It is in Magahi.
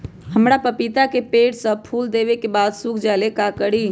हमरा पतिता के पेड़ सब फुल देबे के बाद सुख जाले का करी?